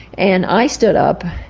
and i stood up,